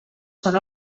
són